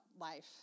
life